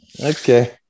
Okay